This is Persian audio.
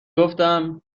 گفتم